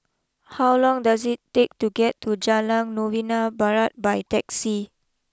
how long does it take to get to Jalan Novena Barat by taxi